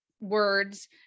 words